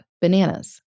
bananas